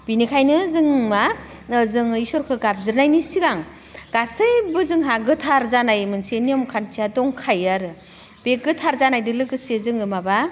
बिनिखायनो जों मा जों इसोरखो गाबज्रिनायनि सिगां गासैबो जोंहा गोथार जानाय मोनसे नियम खान्थिया दंखायो आरो बे गोथार जानायदो लोगोसे जोङो माबा